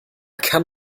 kann